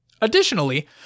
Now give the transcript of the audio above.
Additionally